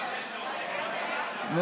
אני מבקש להוסיף אותי בעד.